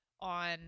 on